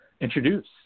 introduce